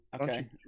okay